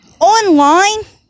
Online